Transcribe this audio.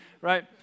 right